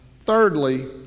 Thirdly